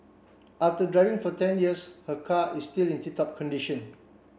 after driving for ten years her car is still in tip top condition